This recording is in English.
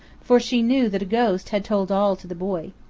for she knew that a ghost had told all to the boy.